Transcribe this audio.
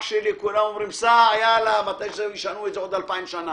כולם אומרים: סע, ישנו את זה עוד 2000 שנה.